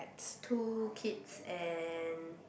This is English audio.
two kids and